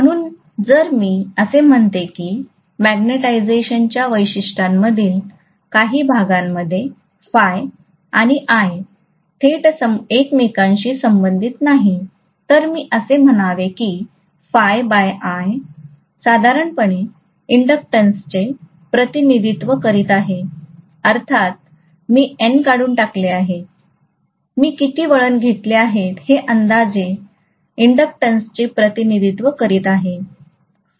म्हणून जर मी असे म्हणतो की मॅग्नेटिझेशनच्या वैशिष्ट्यांमधील काही भागांमध्ये phi आणि I थेट एकमेकांशी संबंधित नाही तर मी असे म्हणावे की phi बाय I साधारणपणे इंडक्टन्सचे प्रतिनिधित्व करीत आहे अर्थात मी N काढून टाकले आहे मी किती वळण घेतले आहेत हे अंदाजे इंडक्टन्सचे प्रतिनिधित्व करीत आहे